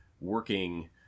working